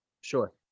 Sure